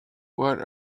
what